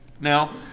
Now